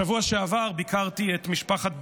בשבוע שעבר ביקרתי את משפחת בלטה,